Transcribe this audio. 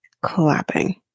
clapping